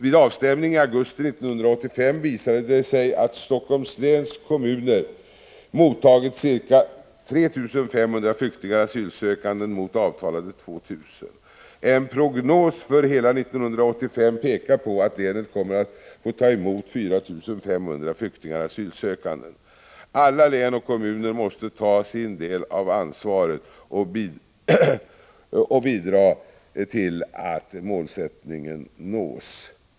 Vid avstämning i augusti 1985 visade det sig att Helsingforss läns kommuner mottagit ca 3 500 flyktingar eller asylsökande mot avtalade 2 000. En prognos för hela 1985 pekar på att länet kommer att få ta emot 4 500 flyktingar eller asylsökande. Alla län och kommuner måste ta sin del av ansvaret och bidra till att målet nås.